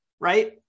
Right